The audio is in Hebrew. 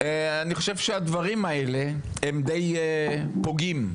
אני חושב שהדברים האלה הם די פוגעים.